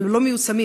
אבל לא מיושמים,